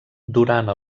durant